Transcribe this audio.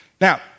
Now